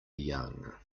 young